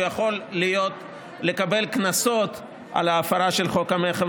שהוא יכול לקבל קנסות על ההפרה של חוק המכר,